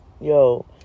yo